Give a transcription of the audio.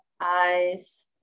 eyes